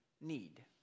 need